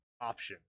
option